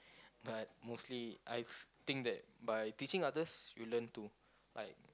but mostly I think that by teaching others we learn too like